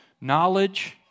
knowledge